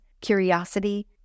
curiosity